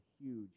huge